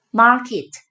market